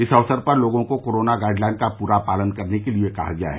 इस अवसर पर लोगों को कोरोना गाइडलाइन का पूरा पालन करने के लिए कहा गया है